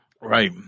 Right